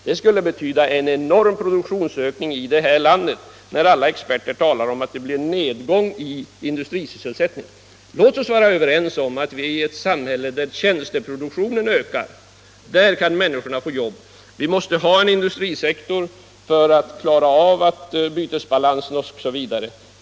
industrisysselsättningen. Det skulle betyda en enorm produktionsökning i vårt land med tanke på att alla experter talar om att en nedgång skall komma i industrisysselsättningen. Låt oss vara överens om att människorna kan få jobb i ett samhälle där tjänsteproduktionen ökar. Vi måste ha en industrisektor för att klara bytesbalansen osv.